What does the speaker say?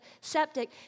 septic